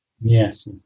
Yes